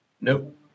Nope